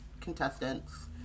contestants